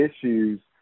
issues